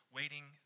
waiting